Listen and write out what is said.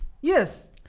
Yes